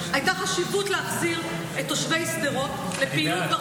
הייתה חשיבות להחזיר את תושבי שדרות לפעילות,